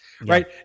right